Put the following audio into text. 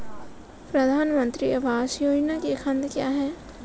प्रधानमंत्री आवास योजना के खंड क्या हैं?